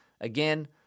Again